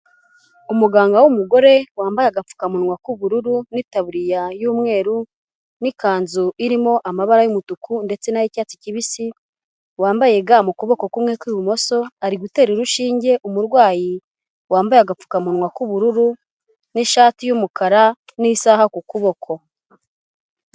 Umuganga w'umugore wambaye agapfukamunwa k'ubururu n'itabuririya y'umweru n'ikanzu irimo amabara y'umutuku ndetse n'iy'icyatsi kibisi wambaye ga mu kuboko kumwe kw'ibumoso ari gutera urushinge umurwayi wambaye agapfukamunwa k'ubururu n'ishati y'umukara n'isaha ku kuboko.